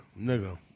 Nigga